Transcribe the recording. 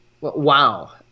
wow